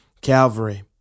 Calvary